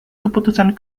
keputusan